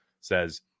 says